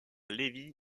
lévis